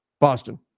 Boston